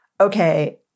okay